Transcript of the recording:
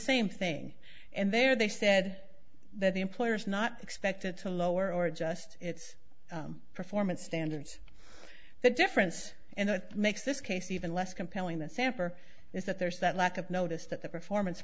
same thing and there they said that the employer is not expected to lower or adjust its performance standards the difference and what makes this case even less compelling than samper is that there's that lack of notice that the performance